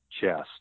chest